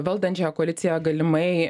valdančiąją koaliciją galimai